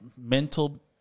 mental